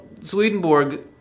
Swedenborg